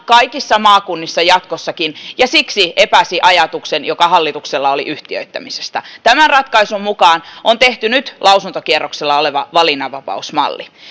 kaikissa maakunnissa jatkossakin ja siksi se epäsi ajatuksen joka hallituksella oli yhtiöittämisestä tämän ratkaisun mukaan on tehty nyt lausuntokierroksella oleva valinnanvapausmalli